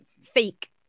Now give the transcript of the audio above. fake